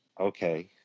okay